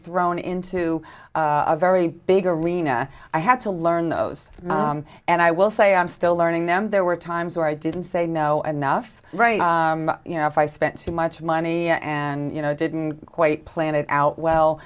thrown into a very big arena i had to learn those and i will say i'm still learning them there were times where i didn't say no anough right you know if i spent too much money and you know i didn't quite plan it out well